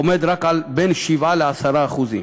הוא בין 7% ל-10%.